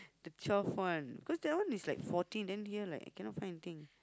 the twelve one cause that one is like fourteen then here like cannot find anything